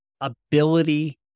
ability